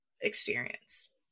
experience